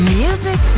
music